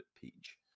Peach